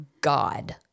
God